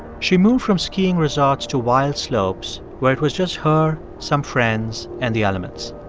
she moved from skiing resorts to wild slopes where it was just her, some friends and the elements.